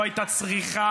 לא הייתה צריכה,